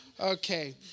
Okay